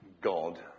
God